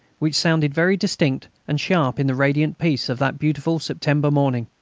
which sounded very distinct and sharp in the radiant peace of that beautiful september morning.